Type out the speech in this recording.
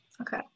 Okay